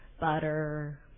butter